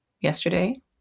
yesterday